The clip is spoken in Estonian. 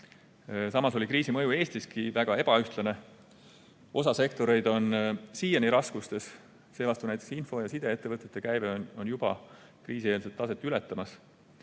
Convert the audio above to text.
Samas oli kriisi mõju Eestiski väga ebaühtlane. Osa sektoreid on siiani raskustes, seevastu näiteks info- ja sideettevõtete käive on juba kriisieelset taset ületamas.